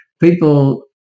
people